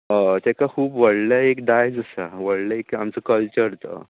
हय तेका खूब व्हडलें एक दायज आसा व्हडलो एक आमचो कल्चर तो